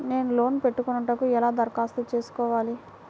నేను లోన్ పెట్టుకొనుటకు ఎలా దరఖాస్తు చేసుకోవాలి?